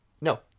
no